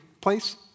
place